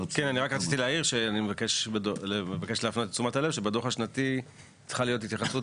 אני מבקש להפנות את תשומת הלב לכך שבדוח השנתי צריכה להיות התייחסות